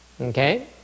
Okay